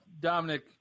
Dominic